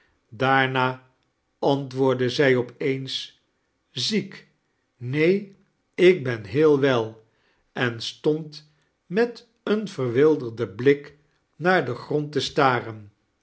daarna antwoordde zij op eens ziek neen ik ben heel wel en stond met een verwilderden blik naar den grond te staren